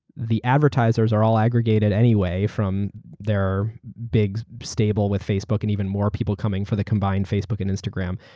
the advertisers are all aggregated anyway from their big stable with facebook and even more people coming for the combine facebook and instagram.